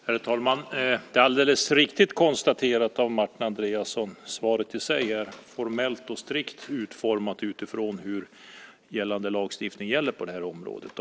Herr talman! Det är alldeles riktigt konstaterat av Martin Andreasson att svaret i sig är formellt och strikt utformat utifrån gällande lagstiftning på området.